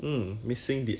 几时